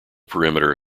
perimeter